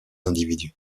individus